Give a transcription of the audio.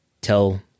tell